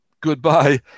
goodbye